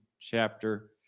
chapter